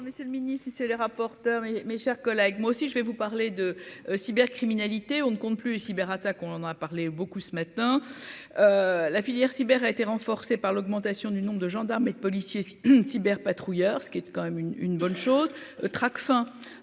Monsieur le Ministre, si c'est les rapporteurs mes, mes chers collègues, moi aussi je vais vous parler de cyber criminalité, on ne compte plus les cyber attaques, on en a parlé beaucoup ce matin la filière cyber a été renforcée par l'augmentation du nombre de gendarmes et policiers une cyber patrouilleurs, ce qui est quand même une une bonne chose, Tracfin.